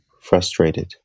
frustrated